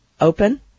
open